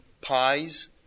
pies